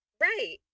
Right